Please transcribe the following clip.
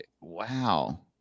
Wow